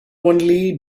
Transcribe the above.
only